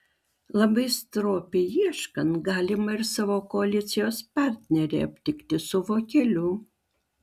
labai stropiai ieškant galima ir savo koalicijos partnerį aptikti su vokeliu